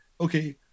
okay